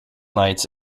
nights